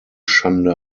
schande